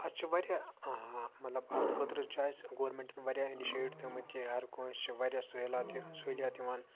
اَسہِ چھِ واریاہ مَطلَب اَتھ خٲطرٕ چھُ اَسہِ گورمٮ۪نٛٹَن واریاہ اِنِشیٹ تھٲمٕتۍ کہِ ہَر کٲنٛسہِ چھِ واریاہ یہِ سُہولیات یِوان